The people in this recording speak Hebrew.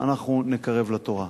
אנחנו נקרב לתורה.